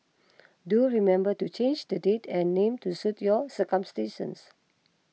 do remember to change the date and name to suit your circumstances